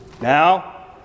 Now